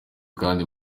kandi